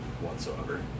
Whatsoever